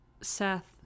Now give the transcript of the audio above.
Seth